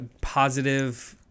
positive